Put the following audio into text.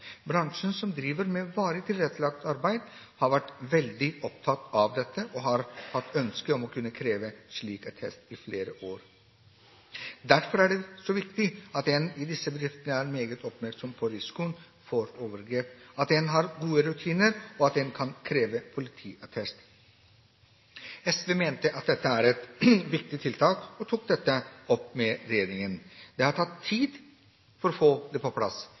Bransjen, som driver med varig tilrettelagt arbeid, har vært veldig opptatt av dette og har hatt ønske om å kunne kreve slik attest i flere år. Derfor er det så viktig at en i disse bedriftene er meget oppmerksom på risikoen for overgrep – at en har gode rutiner, og at en kan kreve politiattest. SV mente at dette var et viktig tiltak, og tok dette opp med regjeringen. Det har tatt tid å få det på plass,